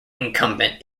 incumbent